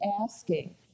asking